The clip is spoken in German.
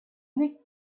liegt